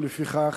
ולפיכך